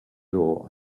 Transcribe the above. door